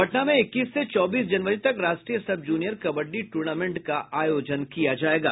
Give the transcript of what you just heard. पटना में इक्कसी से चौबीस जनवरी तक राष्ट्रीय सब जूनियर कबड्डी टूर्नामेंट का आयोजन किया जायेगा